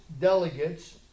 delegates